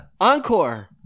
Encore